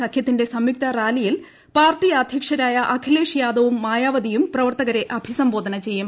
സഖ്യത്തിന്റെ സംയുക്ത റാലിയിൽ പാർട്ടി അധ്യക്ഷരായ അഖിലേഷ് യാദവും മായാവതിയും പ്രവർത്തകരെ അഭിസംബോധന ചെയ്യും